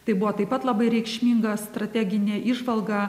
tai buvo taip pat labai reikšminga strateginė įžvalga